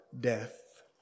death